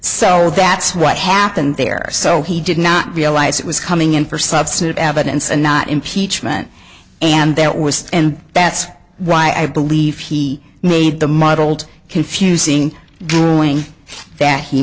so that's what happened there so he did not realize it was coming in for substantive evidence and not impeachment and that was and that's why i believe he made the muddled confusing grueling that he